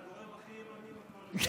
זה הגורם הכי ימני בקואליציה.